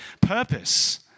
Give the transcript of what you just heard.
purpose